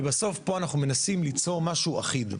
ובעצם פה אנחנו מנסים ליצור משהו אחיד,